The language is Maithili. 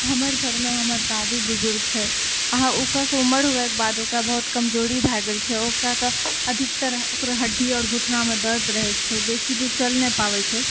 हमर घरमे हमर दादी बुजुर्ग छै ओकर उमर होइके बाद ओकरा बहुत कमजोरी भए गेल छै ओकरा अधिकतर हड्डी आओर घुटनामे दर्द रहै छै ओ बेसी दूर चलि नहि पाबै छै